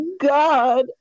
god